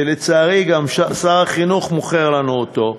שלצערי גם שר החינוך מוכר לנו אותו,